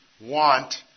want